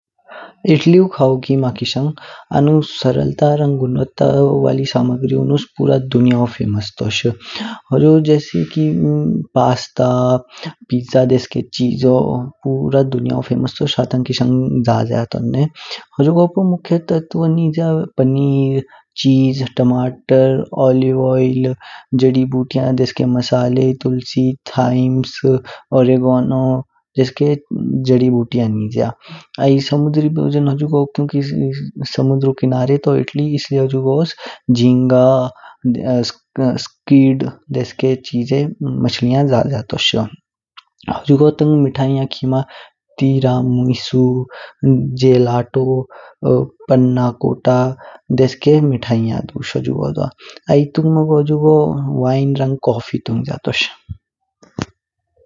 इटाल्यू खावु खिमा किशंग आनू सर्ल्टा रंग गुणवटा वली सामग्रीऊ नुस्क पूरी दुनियाओ फेमस तोश। होजो जेसें कि पास्ता, पिज्जा देशके चीजो पूरा दुनियाओ फेमस तोश हाटंग किशंग ज्या टोंनें। होजूगो पू मुख्य तत्व निज्या पनीर, चीज़, टमाटर, ओलिवऑयल, जड़ी बूटियां देशके मसाले, तुलसी, थाइम्स, ओरिगेनो देशके जड़ी बूटियां निज्या। आई समुदरी भोजन हुजुगो क्यूंकि समुदेरु किनारे तो इटाली इसलिये हुजुगोस जिंगा, स्कीड देशके चीजो जात्या तोश। हुजूगो तांग मिठाईयाँ खिमा तिरा मिंसू, जेरा तो, पन्ना कोटा देशके मिठाईयाँ दुस हुजूगो द्वा। आई तुंगमो हुजूगो वाइन रंग कॉफी तुंग्ज्या तोश।